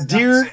Dear